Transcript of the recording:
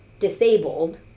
disabled